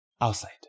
outside